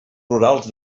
rurals